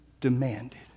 demanded